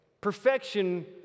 perfection